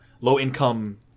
low-income